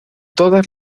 todas